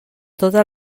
tota